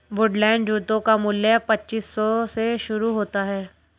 Woodland जूतों का मूल्य पच्चीस सौ से शुरू होता है